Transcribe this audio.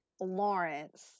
Lawrence